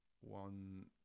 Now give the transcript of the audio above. one